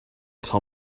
tell